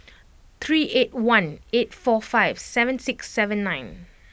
three eight one eight four five seven six seven nine